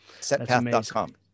Setpath.com